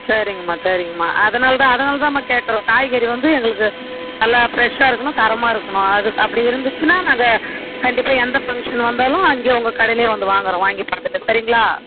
சரிங்க அம்மா சரிங்க அம்மா அதனால் தான் அதனால்தாம்மா கேட்கறோம் காய்கறி வந்து எங்களுக்கு நல்லா ஃபிரெஷ்ஷாக இருக்கணும் தரமாக இருக்கணும் அது அப்படி இருந்துச்சுன்னா நாங்கள் கண்டிப்பாக எந்த ஃபங்ஷன் வந்தாலும் அங்கேயே உங்க கடையிலையே வந்து வாங்குறோம் வாங்கி பார்த்துட்டு சரிங்களா